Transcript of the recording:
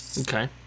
okay